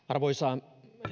arvoisa